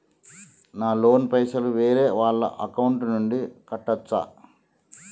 నా లోన్ పైసలు వేరే వాళ్ల అకౌంట్ నుండి కట్టచ్చా?